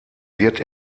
wird